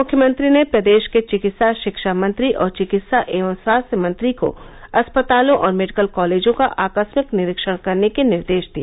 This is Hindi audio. मुख्यमंत्री ने प्रदेश के चिकित्सा शिक्षा मंत्री और चिकित्सा एवं स्वास्थ्य मंत्री को अस्पतालों और मेडिकल कॉलेजों का आकस्मिक निरीक्षण करने के निर्देश दिए